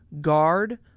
guard